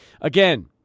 Again